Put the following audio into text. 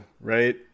right